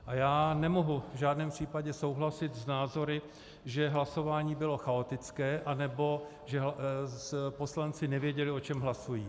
A já nemohu v žádném případě souhlasit s názory, že hlasování bylo chaotické nebo že poslanci nevěděli, o čem hlasují.